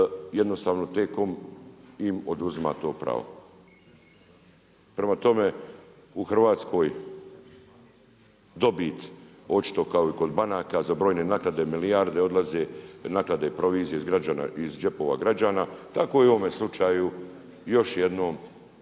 jednostavno T-COM im oduzima to pravo. Prema tome, u Hrvatskoj dobit očito kao i kod banaka za brojne naknade i milijarde odlaze iz džepova građana, tako u i u ovome slučaju još jednom se